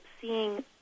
seeing